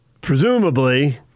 presumably